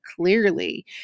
clearly